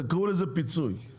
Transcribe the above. תקראו לזה פיצוי.